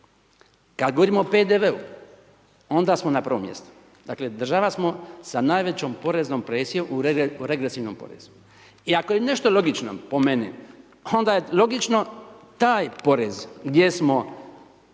Kad govorimo o PDV-u onda smo na prvom mjestu. Dakle država smo sa najvećom poreznom presijom u regresivnom porezu. I ako je nešto logično po meni, onda je logično taj porez gdje smo